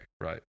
right